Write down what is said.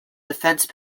defense